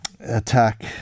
attack